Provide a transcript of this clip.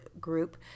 group